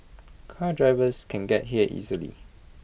car drivers can get here easily